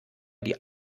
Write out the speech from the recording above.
die